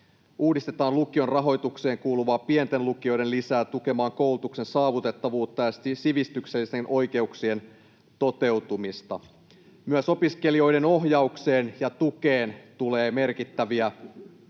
Uudistetaan lukion rahoitukseen kuuluvaa pienten lukioiden lisää tukemaan koulutuksen saavutettavuutta ja sivistyksellisten oikeuksien toteutumista. Myös opiskelijoiden ohjaukseen ja tukeen tulee merkittäviä lisäyksiä.